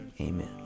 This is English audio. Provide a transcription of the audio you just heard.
Amen